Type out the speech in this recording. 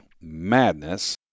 madness